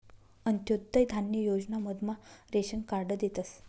अंत्योदय धान्य योजना मधमा रेशन कार्ड देतस